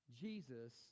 Jesus